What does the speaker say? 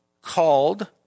called